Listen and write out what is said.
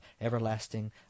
everlasting